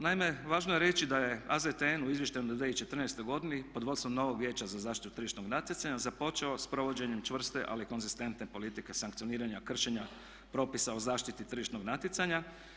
Naime, važno je reći da je AZTN u Izvještaju za 2014. godine pod vodstvom novog Vijeća za zaštitu tržišnog natjecanja započeo s provođenjem čvrste ali konzistentne politike sankcioniranja kršenja propisa o zaštiti tržišnog natjecanja.